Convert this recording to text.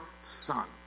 son